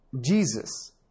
Jesus